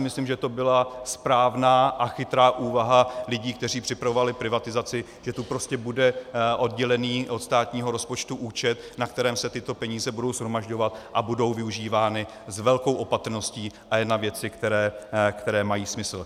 Myslím si, že to byla správná a chytrá úvaha lidí, kteří připravovali privatizaci, že tu prostě bude oddělený od státního rozpočtu účet, na kterém se tyto peníze budou shromažďovat, a budou využívány s velkou opatrností a jen na věci, které mají smysl.